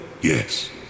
Yes